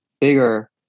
bigger